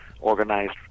organized